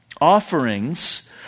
offerings